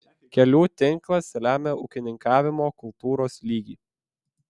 kelių tinklas lemia ūkininkavimo kultūros lygį